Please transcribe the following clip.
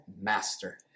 master